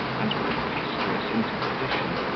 and preposterous interposition,